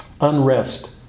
unrest